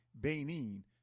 Benin